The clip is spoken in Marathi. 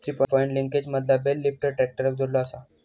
थ्री पॉइंट लिंकेजमधना बेल लिफ्टर ट्रॅक्टराक जोडलो जाता